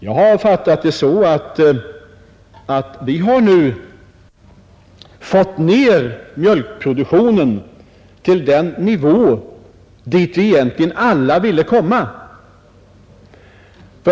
Jag har fattat det hela så att vi nu har fått ned mjölkproduktionen till den nivå dit egentligen alla ville komma.